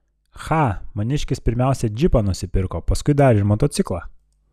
cha maniškis pirmiausia džipą nusipirko paskui dar ir motociklą